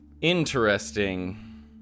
Interesting